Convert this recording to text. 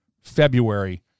February